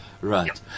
Right